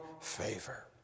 favor